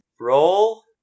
Roll